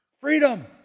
Freedom